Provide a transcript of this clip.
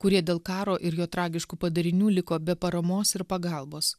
kurie dėl karo ir jo tragiškų padarinių liko be paramos ir pagalbos